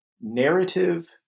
narrative